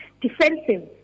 defensive